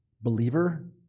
believer